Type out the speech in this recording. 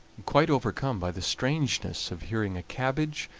quite overcome by the strangeness of hearing a cabbage,